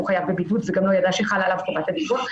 חייב בבידוד וגם לא ידע שחלה עליו חובת הבידוד.